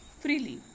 freely